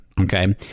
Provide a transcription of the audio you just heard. Okay